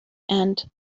and